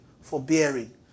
forbearing